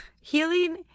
healing